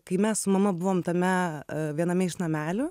kai mes su mama buvom tame viename iš namelių